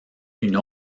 une